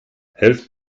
helft